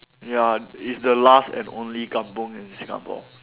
ya it's the last and only kampung in Singapore